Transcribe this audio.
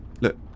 Look